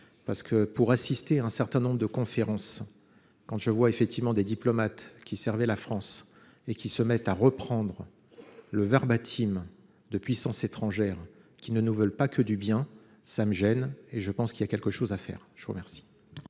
parce que pour assister à un certain nombre de conférences. Quand je vois effectivement des diplomates qui servait la France et qui se mettent à reprendre le verbatim de puissances étrangères qui ne ne veulent pas que du bien, ça me gêne. Et je pense qu'il y a quelque chose à faire, je vous remercie.